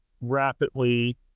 rapidly